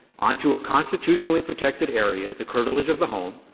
onto a constitutionally protected area, the curtilage of the home,